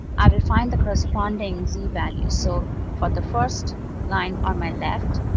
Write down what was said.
i will find the corresponding z-values. so for the first line on my left,